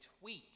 tweet